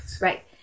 Right